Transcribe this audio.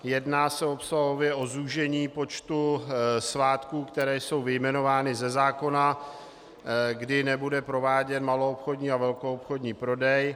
Jedná se obsahově o zúžení počtu svátků, které jsou vyjmenovány ze zákona, kdy nebude prováděn maloobchodní a velkoobchodní prodej.